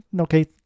okay